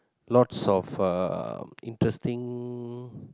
lots of uh interesting